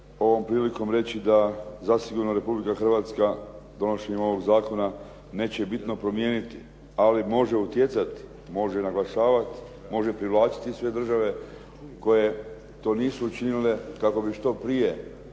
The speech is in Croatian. ovom prilikom reći da zasigurno Republika Hrvatska donošenjem ovog zakona neće bitno promijeniti, ali može utjecati, može naglašavati, može privlačiti sve države koje to nisu učinile kako bi što prije